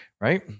Right